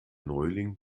neuling